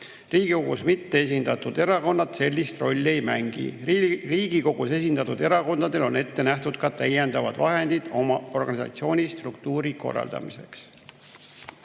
Riigikogus mitteesindatud erakonnad sellist rolli ei mängi. Riigikogus esindatud erakondadel on ette nähtud ka täiendavad vahendid oma organisatsiooni struktuuri korraldamiseks.